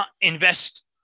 invest